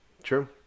True